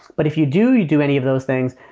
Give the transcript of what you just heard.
but if you do, you do any of those things,